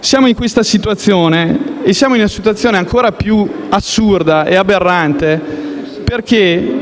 Siamo in questa situazione e siamo in una situazione ancora più assurda e aberrante perché,